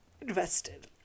invested